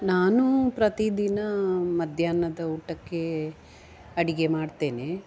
ನಾನು ಪ್ರತಿದಿನ ಮಧ್ಯಾಹ್ನದ ಊಟಕ್ಕೆ ಅಡುಗೆ ಮಾಡ್ತೇನೆ